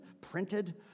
printed